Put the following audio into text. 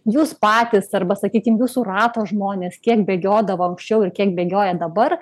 jūs patys arba sakykim jūsų rato žmonės kiek bėgiodavo anksčiau ir kiek bėgioja dabar